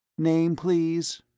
name, please?